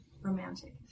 romantic